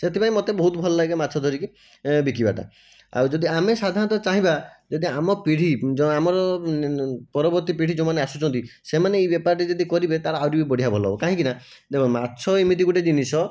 ସେଥିପାଇଁ ମୋତେ ବହୁତ ଭଲଲାଗେ ମାଛ ଧରିକି ଏଁ ବିକିବାଟା ଆଉ ଯଦି ଆମେ ସାଧାରଣତଃ ଚାହିଁବା ଯଦି ଆମ ପିଢ଼ୀ ଯେଉଁ ଆମର ପରବର୍ତ୍ତୀ ପୀଢ଼ି ଯେଉଁମାନେ ଆସୁଛନ୍ତି ସେମାନେ ଏହି ବେପାରଟି ଯଦି କରିବେ ତାହାଲେ ଆହୁରି ବି ବଢ଼ିଆ ଭଲ ହେବ କାହିଁକିନା ଦେଖନ୍ତୁ ମାଛ ଏମିତି ଗୋଟିଏ ଜିନିଷ